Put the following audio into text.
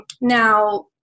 Now